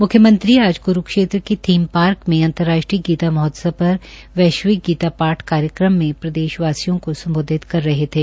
मुख्यमंत्री आज क्रुक्षेत्र के थीम पार्क में अंतर्राष्ट्रीय गीता महोत्सव पर वैश्विक गीता पाठ कार्यक्रम में प्रदेशवासियों को सम्बोधित कर रहे थे